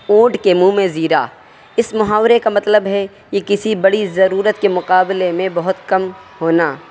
اونٹ کے منہ میں زیرا اس محاورے کا مطلب ہے کہ کسی بڑی ضرورت کے مقابلے میں بہت کم ہونا